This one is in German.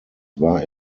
war